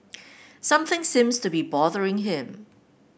something seems to be bothering him